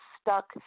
stuck